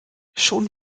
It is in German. schon